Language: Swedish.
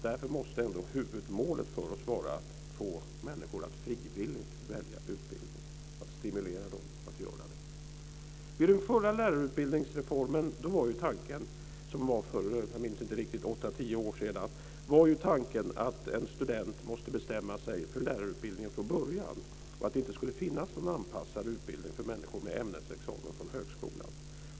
Därför måste ändå huvudmålet för oss vara att få människor att frivilligt välja utbildningen och att stimulera dem att göra det. Vid den förra lärarutbildningsreformen för åtta, tio år sedan - jag minns inte riktigt - var ju tanken att en student måste bestämma sig för lärarutbildningen från början och att det inte skulle finnas någon anpassad utbildning för människor med ämnesexamen från högskolan.